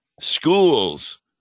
schools